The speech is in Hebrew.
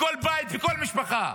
בכל בית, בכל משפחה,